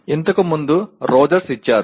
ఇంతకు ముందు రోజర్స్ ఇచ్చారు